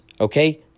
Okay